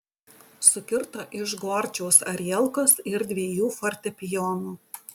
sukirto iš gorčiaus arielkos ir dviejų fortepijonų